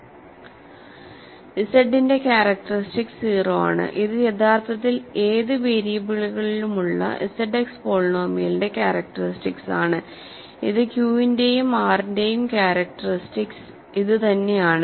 Z ന്റെ characteristics 0 ആണ് ഇത് യഥാർത്ഥത്തിൽ ഏത് വേരിയബിളുകളിലുമുള്ള ZX പോളിനോമിയലിന്റെ ക്യാരക്ടറിസ്റ്റിക്സ് ആണ് ഇത് Q ന്റെയും R ന്റെയും ക്യാരക്ടറിസ്റ്റിക്സ് ഇത് തന്നെ ആണ്